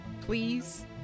please